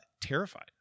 Terrified